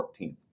14th